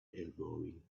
elbowing